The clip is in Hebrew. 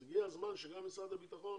אז הגיע הזמן שגם משרד הביטחון